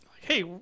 hey